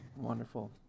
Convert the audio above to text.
Wonderful